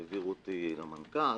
העבירו אותי למנכ"ל